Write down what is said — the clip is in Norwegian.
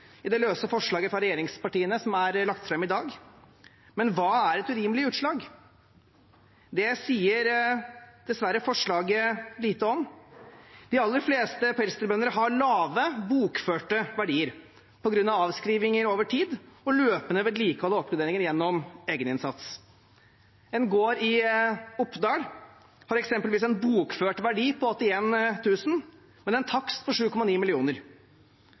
i det løse forslaget fra regjeringspartiene som er lagt fram i dag. Men hva er et urimelig utslag? Det sier dessverre forslaget lite om. De aller fleste pelsdyrbønder har lave bokførte verdier på grunn av avskrivinger over tid og løpende vedlikehold og oppgraderinger gjennom egeninnsats. En gård i Oppdal har eksempelvis en bokført verdi på 81 000 kr, men en takst på 7,9